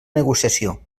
negociació